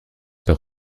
par